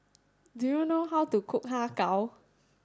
do you know how to cook Har Kow